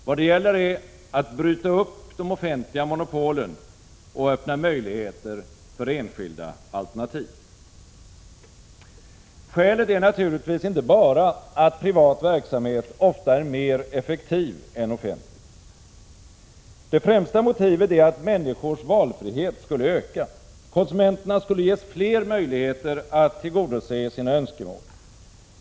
Vad det gäller är att bryta upp de offentliga monopolen och öppna möjligheter för enskilda alternativ. Skälet är naturligtvis inte bara att privat verksamhet ofta är mera effektiv än offentlig. Det främsta motivet är att människors valfrihet skulle öka. Konsumenterna skulle ges fler möjligheter att tillgodose sina önskemål.